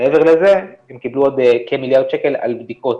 מעבר לזה הם קיבלו עוד כמיליארד שקל על בדיקות.